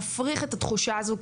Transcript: נפריך את התחושה הזו,